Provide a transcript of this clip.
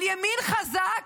על ימין חזק?